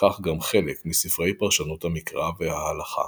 וכך גם חלק מספרי פרשנות המקרא וההלכה.